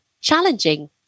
challenging